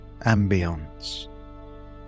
ambience